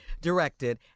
directed